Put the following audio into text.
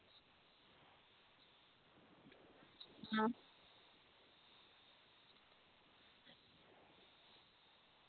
आं